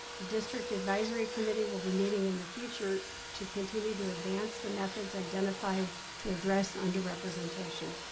the district advisory committee will be meeting in the future to continue to advance the methods identified to address underrepresentation.